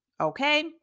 Okay